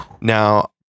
Now